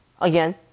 again